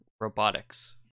Robotics